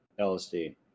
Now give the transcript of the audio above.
LSD